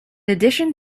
addition